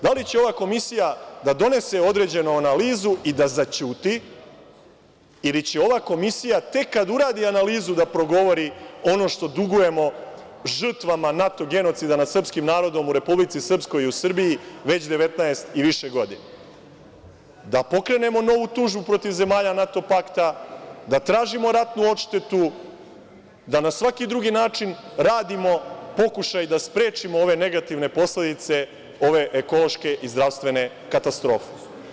Da li će ova komisija da donese određenu analizu i da zaćuti ili će ova komisija tek kada uradi analizu da progovori ono što dugujemo žrtvama NATO genocida nad srpskim narodom u Republici Srpskoj i u Srbiji već 19 i više godina, da pokrenemo novu tužbu protiv zemalja NATO pakta, da tražimo ratnu odštetu, da na svaki drugi način pravimo pokušaj da sprečimo ove negativne posledice ove ekološke i zdravstvene katastrofe?